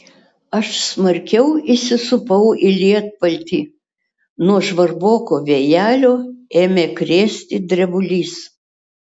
aš smarkiau įsisupau į lietpaltį nuo žvarboko vėjelio ėmė krėsti drebulys